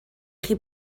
chi